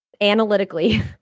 analytically